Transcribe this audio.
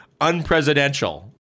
unpresidential